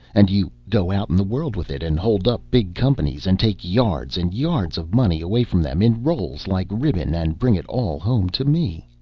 and you go out in the world with it and hold up big companies and take yards and yards of money away from them in rolls like ribbon and bring it all home to me.